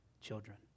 children